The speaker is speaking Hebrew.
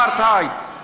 והאחריות על הדם שיישפך,